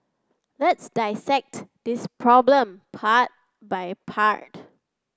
let's dissect this problem part by part